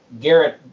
Garrett